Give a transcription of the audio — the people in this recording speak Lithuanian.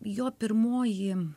jo pirmoji